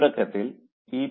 തുടക്കത്തിൽ ഈ പി